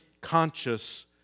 conscious